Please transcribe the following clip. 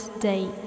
day